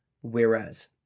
Whereas